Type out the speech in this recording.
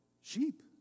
sheep